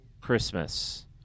Christmas